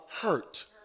hurt